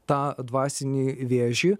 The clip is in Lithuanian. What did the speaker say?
tą dvasinį vėžį